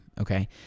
Okay